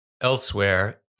Elsewhere